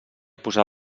posar